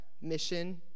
mission